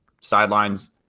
sidelines